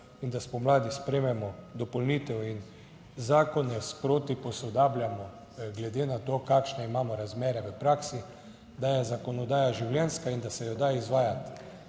in da spomladi sprejmemo dopolnitev in zakone sproti posodabljamo, glede na to, kakšne imamo razmere v praksi, da je zakonodaja življenjska in da se jo da izvajati.